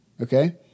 Okay